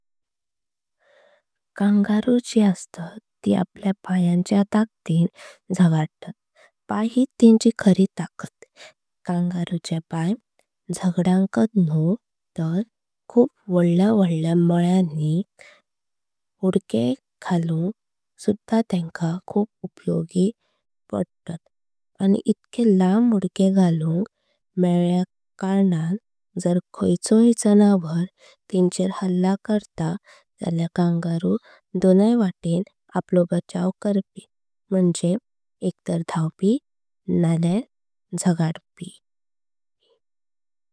कंगारू जी अस्तात ती आपल्या पायांच्या टाकातून जगतात। पाय हिट तेंची खरी ताकत कंगारू चे पाय जगदानकात। न्हू तर खूप वल्ली वली माली अस्तात थाय हुडके घालूंक। सुधा खूप उपयोगी अस्तात आणि इतके लांब उड़के। घालूंक मेळल्या खातार जर खायचो जनावर तेंचेर। हल्ला करतात जल्या कंगारू दोनय वाटें आपलो बचव। करपी म्हणजे एकतार धावपी नल्या जगद पीय।